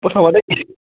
প্ৰথমতে